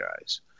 guys